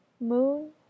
moon